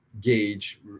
gauge